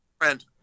friend